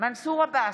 מנסור עבאס,